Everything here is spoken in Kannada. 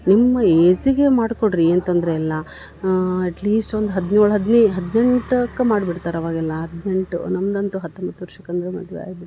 ನಿಮ್ಮ ಏಜ್ಗೆ ಮಾಡ್ಕೊಡ್ರಿ ಏನು ತೊಂದರೆ ಇಲ್ಲ ಅಟ್ಲೀಸ್ಟ್ ಒಂದು ಹದಿನೇಳು ಹದ್ನಿ ಹದಿನೆಂಟಕ್ಕೆ ಮಾಡ್ಬಿಡ್ತರೆ ಅವಾಗೆಲ್ಲ ಹದಿನೆಂಟು ನಮ್ದು ಅಂತು ಹತ್ತೊಂಬತ್ತು ವರ್ಷಕ್ಕೆ ಅಂದ್ರ ಮದುವೆ ಆಗ್ಬಿಡುತ್ತೆ